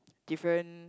different